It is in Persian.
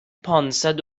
پانصد